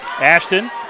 Ashton